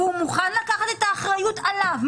והוא מוכן לקחת את האחריות עליו,